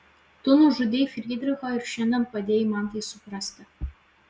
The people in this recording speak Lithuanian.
tu nužudei frydrichą ir šiandien padėjai man tai suprasti